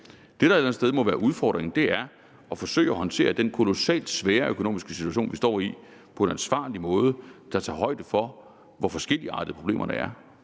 Det, der et eller andet sted må være udfordringen, er at forsøge at håndtere den kolossalt svære økonomiske situation, vi står i, på en ansvarlig måde, der tager højde for, hvor forskelligartede problemerne er.